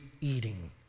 eating